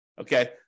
Okay